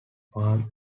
palm